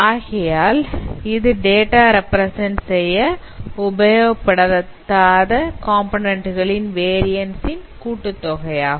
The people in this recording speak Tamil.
ஆகையால் இது டேட்டா ரெப்பிரசன்ட் செய்ய உபயோகப்படுத்தாத காம்போநன்ண்ட் களின் வேரியன்ஸ் ன் கூட்டு தொகையாகும்